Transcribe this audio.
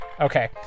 Okay